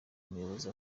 muyobozi